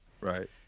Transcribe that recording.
right